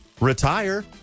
retire